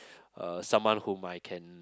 uh someone whom I can